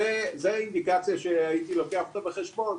זו אינדיקציה שהייתי לוקח אותה בחשבון,